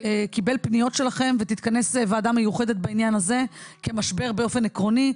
קיבל פניות שלכן ותתכנס ועדה מיוחדת בעניין הזה כמשבר באופן עקרוני,